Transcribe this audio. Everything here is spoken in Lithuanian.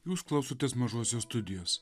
jūs klausotės mažosios studijos